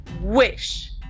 Wish